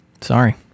Sorry